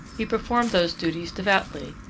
he performed those duties devoutly,